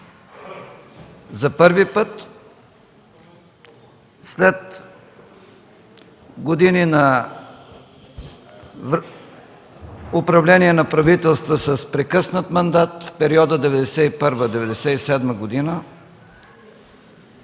За първи път, след години на управление на правителства с прекъснат мандат в периода 1991-1997 г.,